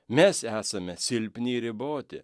mes esame silpni riboti